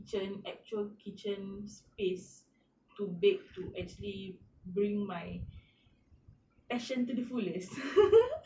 kitchen actual kitchen space to bake to actually bring my passion to the fullest